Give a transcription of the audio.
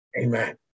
Amen